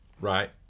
Right